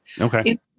Okay